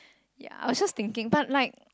ya I'm just thinking but like